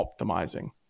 optimizing